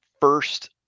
first